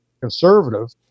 conservative